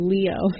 Leo